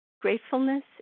gratefulness